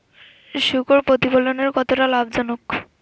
শূকর প্রতিপালনের কতটা লাভজনক?